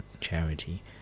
charity